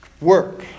work